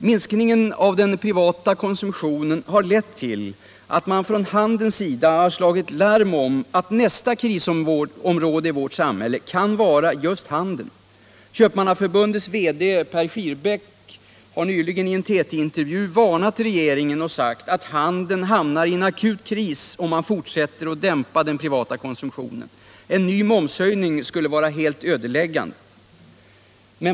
Minskningen av den privata konsumtionen har lett till att man från handelns sida har slagit larm om att nästa krisområde i vårt samhälle kan vara just handeln. Köpmannaförbundets VD, Per Schierbeck, har nyligen i en TT-intervju varnat regeringen och sagt att handeln hamnar i en akut kris om man fortsätter att dämpa den privata konsumtionen. En ny momshöjning skulle vara helt ödeläggande.